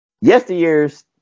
yesteryear's